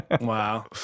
Wow